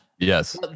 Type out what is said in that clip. Yes